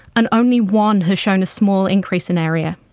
and only one has shown a small increase in area.